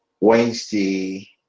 Wednesday